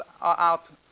out